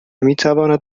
میتواند